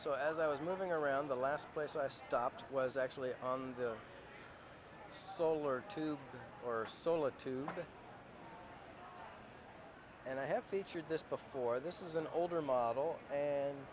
so as i was moving around the last place i stopped was actually on solar two or solar two and i have featured this before this is an older model and